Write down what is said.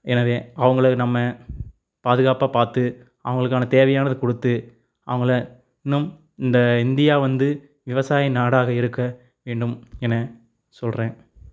எனவே அவங்கள நம்ம பாதுக்காப்பாக பார்த்து அவங்களுக்கான தேவையானதை கொடுத்து அவங்கள இன்னும் இந்த இந்தியா வந்து விவசாய நாடாக இருக்க வேணும் என சொல்கிறேன்